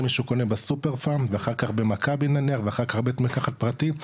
אם מישהו קונה בסופרפארם ואחר כך במכבי נניח ואחר כך בית מרקחת פרטי,